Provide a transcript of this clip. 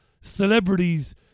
celebrities